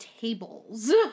tables